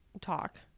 talk